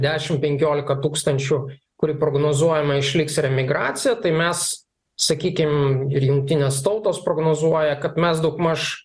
dešimt penkiolika tūkstančių kuri prognozuojama išliks ir emigracija tai mes sakykim ir jungtinės tautos prognozuoja kad mes daugmaž